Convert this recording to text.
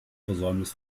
versäumnis